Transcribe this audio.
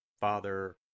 Father